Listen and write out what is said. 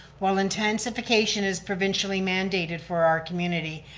while intensification is provincially mandated for our community,